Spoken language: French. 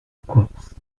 course